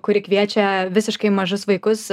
kuri kviečia visiškai mažus vaikus